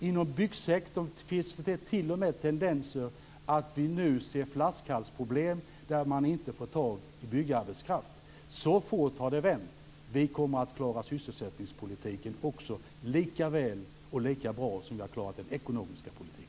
Inom byggsektorn finns det t.o.m. tendenser till flaskhalsproblem där man inte får tag i byggarbetskraft. Så fort har det vänt. Vi kommer att klara sysselsättningspolitiken också, lika väl och lika bra som vi har klarat den ekonomiska politiken.